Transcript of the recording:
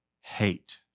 hate